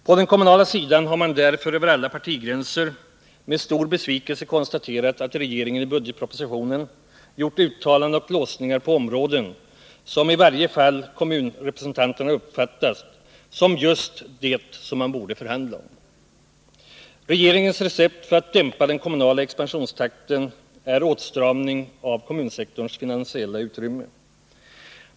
På den kommunala sidan har man därför över alla partigränser med stor besvikelse konstaterat att regeringen i budgetpropositionen gjort uttalanden och låsningar på områden som i varje fall kommunrepresentanterna uppfattat som just dem som man borde förhandla om. Regeringens recept för att dämpa den kommunala expansionstakten är åtstramning av kommunsektorns finansiella utrymme.